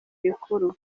rikuru